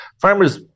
farmers